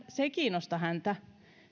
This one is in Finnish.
se ei kiinnosta häntä